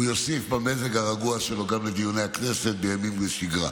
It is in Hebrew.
הוא יוסיף במזג הרגוע שלו לדיוני הכנסת גם בימים שבשגרה.